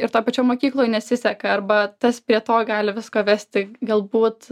ir toj pačioj mokykloj nesiseka arba tas prie to gali viską vesti galbūt